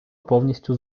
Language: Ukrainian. повністю